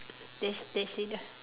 that's that's it lah